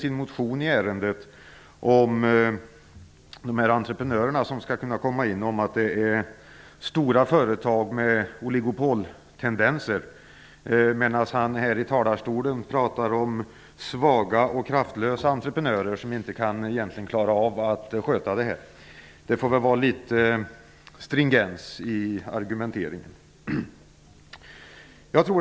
I motionen hävdas det att entreprenörerna utgör stora företag med oligopoltendenser. I talarstolen pratade Bo Nilsson om svaga och kraftlösa entreprenörer. Det får väl vara litet stringens i argumenteringen. Herr talman!